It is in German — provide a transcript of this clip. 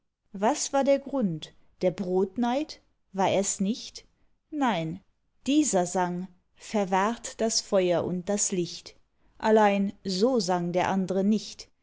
was war der grund der brotneid war ers nicht nein dieser sang verwahrt das feuer und das licht allein so sang der andre nicht